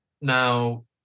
now